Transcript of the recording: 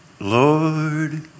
Lord